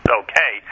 okay